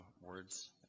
words